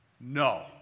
No